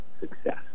success